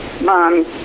Mom